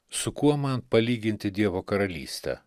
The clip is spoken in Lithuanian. su kuo man palyginti dievo karalystę